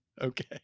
Okay